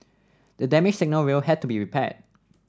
the damaged signal rail had to be repaired